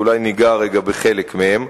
ואולי ניגע רגע בחלק מהם.